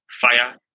fire